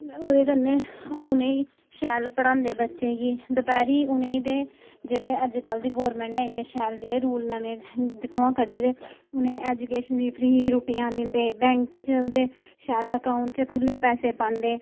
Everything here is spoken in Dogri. ओह्दे कन्नै ओह् उ'नें गी शैल पढ़ांदे बच्चें गी दपैह्रीं उ'नें गी ते जेह्ड़े अजकल्ल दी गौरमैंट ने इन्ने शैल जेह्ड़े रूल नमें दिक्खो आं कड्ढे दे उ'नें गी ऐजुकेशन बी फ्री रुट्टियां दिंदे बैंक च उं'दे शैल अकाउंट च खु'ल्ले पैसे पांदे